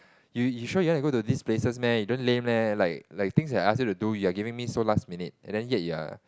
you you sure you want to this places meh you don't lame leh like like things I ask you to do you're giving me so last minute and then yet you are